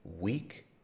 weak